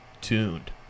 tuned